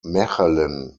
mechelen